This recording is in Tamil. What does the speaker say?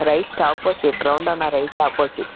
ரைட் ஆப்போசிட் ரவுண்டானா ரைட் ஆப்போசிட்